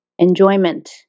enjoyment